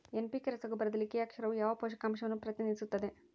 NPK ರಸಗೊಬ್ಬರದಲ್ಲಿ K ಅಕ್ಷರವು ಯಾವ ಪೋಷಕಾಂಶವನ್ನು ಪ್ರತಿನಿಧಿಸುತ್ತದೆ?